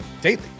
daily